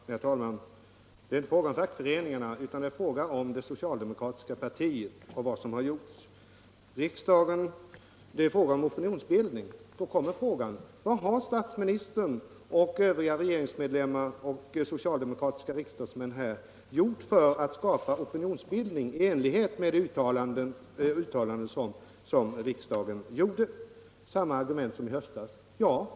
Nr 19 Herr talman! Det är inte fråga om fackföreningarna, utan det är fråga Tisdagen den om det socialdemokratiska partiet och vad som har gjorts. Det gäller 11 februari 1975 opinionsbildningen, och då uppkommer frågan: Vad har statsministern, = Övriga regeringsmedlemmar och de socialdemokratiska riksdagsmännen Om kollektivanslutgjort för att bilda opinion i enlighet med riksdagens uttalande? ning till politiska Samma argument som i höstas förs fram, säger justitieministern.